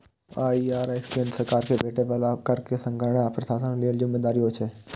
IRS केंद्र सरकार कें भेटै बला कर के संग्रहण आ प्रशासन लेल जिम्मेदार होइ छै